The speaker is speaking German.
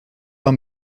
war